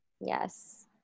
Yes